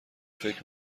فکر